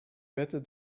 better